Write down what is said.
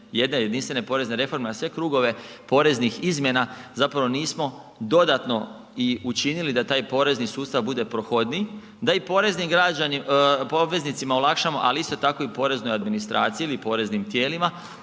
jedne jedinstvene porezne reforme a sve krugove poreznih izmjena zapravo nismo dodano i učinili da taj porezni sustav bude prohodniji da i poreznim obveznicima olakšamo ali isto tako i poreznoj administraciji ili poreznim tijelima